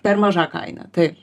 per maža kaina tai